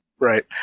Right